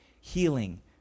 Healing